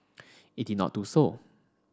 it did not do so